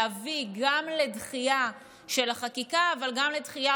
להביא גם לדחייה של החקיקה אבל גם לדחייה